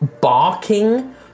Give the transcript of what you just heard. barking